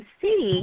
see